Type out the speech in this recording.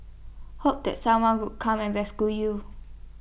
hope that someone would come and rescue you